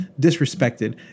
disrespected